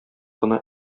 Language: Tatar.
гына